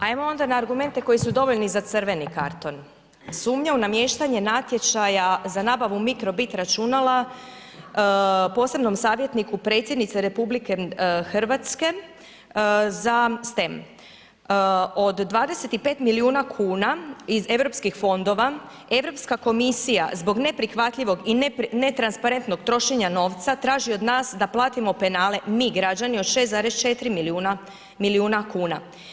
Ajmo onda na argumente koji su dovoljni za crveni karton, sumnja u namještanje natječaja za nabavu mikrobit računala posebnom savjetniku predsjednice RH za STEM, od 25 milijuna kuna iz Europskih fondova, Europska komisija zbog neprihvatljivog i netransparentnog trošenja novca traži od nas da platimo penale, mi građani od 6,4 milijuna, milijuna kuna.